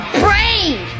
brave